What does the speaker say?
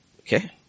Okay